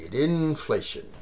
Inflation